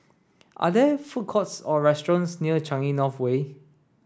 are there food courts or restaurants near Changi North Way